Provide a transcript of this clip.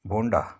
bonda